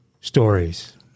stories